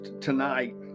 tonight